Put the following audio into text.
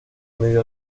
medio